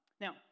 now